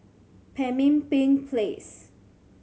Pemimpin Place